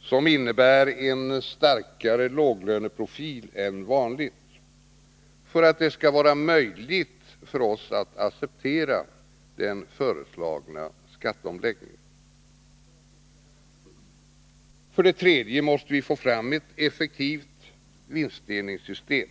som innebär en starkare låglöneprofil än vanligt, för att det skall vara möjligt för oss att acceptera den föreslagna skatteomläggningen. För det tredje måste vi få fram ett effektivt vinstdelningssystem.